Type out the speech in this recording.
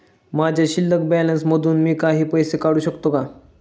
माझ्या शिल्लक बॅलन्स मधून मी काही पैसे काढू शकतो का?